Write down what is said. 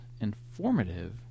informative